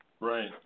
Right